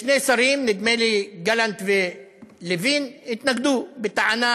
שני שרים, נדמה לי גלנט ולוין, התנגדו, בטענה